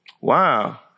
Wow